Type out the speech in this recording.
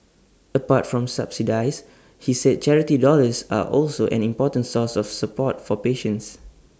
apart from subsidies he said charity dollars are also an important source of support for patients